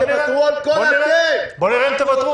תוותרו אתם.